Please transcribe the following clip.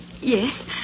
Yes